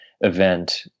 event